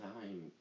time